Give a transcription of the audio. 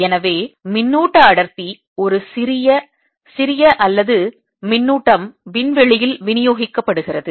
எனவே மின்னூட்ட அடர்த்தி ஒரு சிறிய சிறிய அல்லது மின்னூட்டம் விண்வெளியில் விநியோகிக்கப்படுகிறது